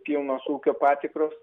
pilnos ūkio patikros